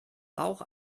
bauch